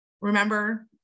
remember